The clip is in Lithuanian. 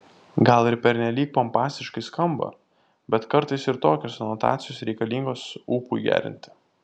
gal ir pernelyg pompastiškai skamba bet kartais ir tokios anotacijos reikalingos ūpui gerinti